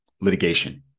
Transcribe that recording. litigation